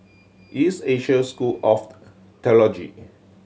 East Asia School of Theology